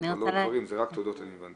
זה לא דברים, רק תודות, כך אני הבנתי.